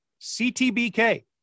CTBK